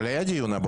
אבל היה דיון הבוקר.